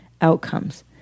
outcomes